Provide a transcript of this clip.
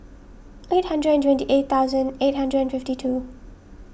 eight hundred and twenty eight thousand eight hundred and fifty two